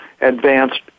advanced